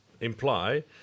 imply